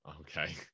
Okay